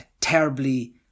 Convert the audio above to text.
terribly